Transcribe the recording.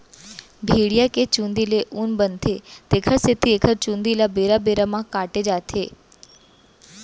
भेड़िया के चूंदी ले ऊन बनथे तेखर सेती एखर चूंदी ल बेरा बेरा म काटे जाथ बाड़हे म